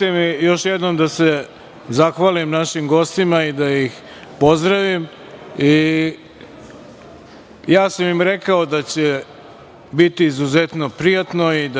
mi još jednom da se zahvalim našim gostima i da ih pozdravim. Ja sam im rekao da će biti izuzetno prijatno i